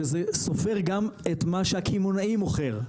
שזה סופר גם את מה שהקמעונאים מוכר,